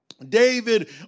David